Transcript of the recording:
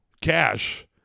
cash